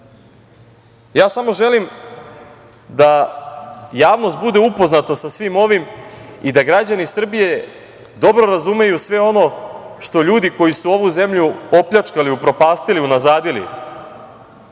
želim da javnost bude upoznata sa svim ovim i da građani Srbije dobro razumeju sve ono što ljudi, koji su ovu zemlju opljačkali, upropastili, unazadili